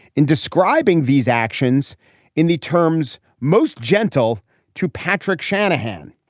in describing these actions in the terms most gentle to patrick shanahan.